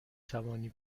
توانی